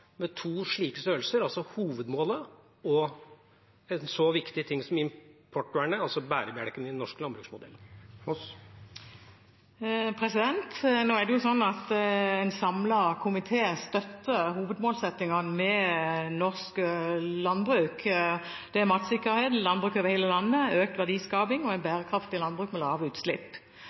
med to slike størrelser, altså hovedmålet og en så viktig ting som importvernet, altså bærebjelken i den norske landbruksmodellen? Nå er det slik at en samlet komité støtter hovedmålsettingene med norsk landbruk. Det gjelder matsikkerhet, landbruk over hele landet, økt verdiskaping og et bærekraftig landbruk med lave utslipp.